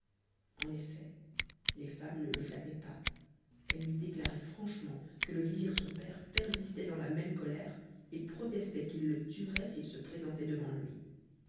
en effet les femmes ne le nattaient pas elles lui déclaraient franchement que le vizir son père persistait dans la ménm colère et protestait qu'il le tuerait s'il se présentait devant lui